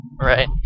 Right